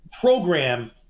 program